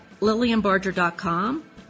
LillianBarger.com